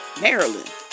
Maryland